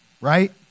right